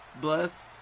Bless